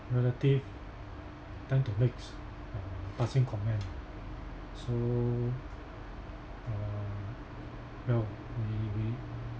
relative tend to makes uh passing comment ah so uh well we we